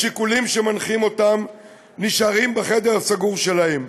השיקולים שמנחים אותם נשארים בחדר הסגור שלהם.